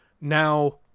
Now